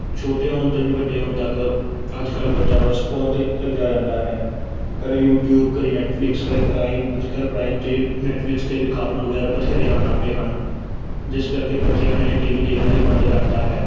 ਛੋਟੇ ਹੋਣ ਤੋਂ ਹੀ ਵੱਡੇ ਹੋਣ ਤੱਕ ਅੱਜ ਕੱਲ੍ਹ ਬੱਚਾ ਬਸ ਫੋਨ 'ਤੇ ਲੱਗਿਆ ਰਹਿੰਦਾ ਹੈ ਕਦੇ ਯੂਟੀਊਬ ਕਦੇ ਨੈਟਫਲਿਕਸ ਕਦੇ ਪ੍ਰਾਈਮ ਅੱਜ ਕੱਲ੍ਹ ਪ੍ਰਾਈਮ 'ਤੇ ਨੈਟਫਲਿਕਸ 'ਤੇ ਵੀ ਕਾਰਟੂਨ ਵਗੈਰਾ ਬਥੇਰੇ ਆਉਣ ਲੱਗ ਪਏ ਹਨ ਜਿਸ ਕਰਕੇ ਬੱਚਿਆਂ ਨੇ ਟੀ ਵੀ ਦੇਖਨਣਾ ਹੀ ਬੰਦ ਕਰਤਾ ਹੈ